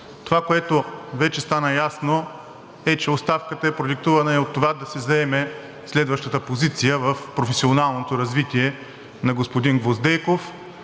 Това, което вече стана ясно, е, че оставката е продиктувана и от това да се заеме следващата позиция в професионалното развитие на господин Гвоздейков.